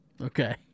Okay